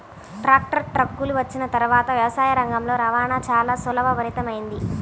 tractor, ట్రక్కులు వచ్చిన తర్వాత వ్యవసాయ రంగంలో రవాణా చాల సులభతరమైంది